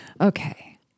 okay